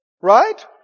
Right